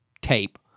tape